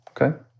Okay